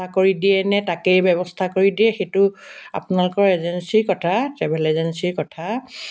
কৰি দিয়ে নে তাকেই ব্যৱস্থা কৰি দিয়ে সেইটো আপোনালোকৰ এজেঞ্চীৰ কথা ট্ৰেভেল এজেঞ্চীৰ কথা